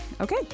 Okay